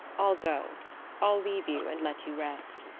i'll go i'll leave you and let you rest.